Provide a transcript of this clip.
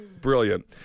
Brilliant